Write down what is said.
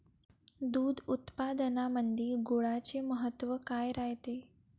दूध उत्पादनामंदी गुळाचे महत्व काय रायते?